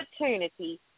opportunity